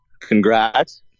Congrats